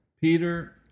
Peter